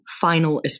final